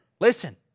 Listen